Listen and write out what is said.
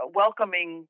welcoming